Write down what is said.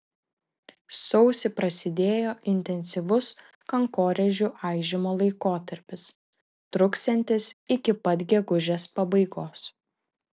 sausį prasidėjo intensyvus kankorėžių aižymo laikotarpis truksiantis iki pat gegužės pabaigos